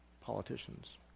politicians